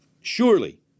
surely